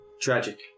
Tragic